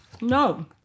No